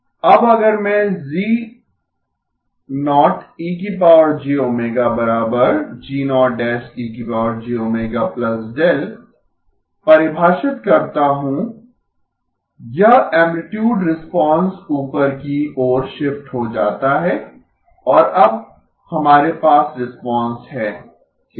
अब अगर मैं परिभाषित करता हूं यह ऐमप्लितुड रिस्पांस ऊपर की ओर शिफ्ट हो जाता है और अब हमारे पास रिस्पांस है ठीक है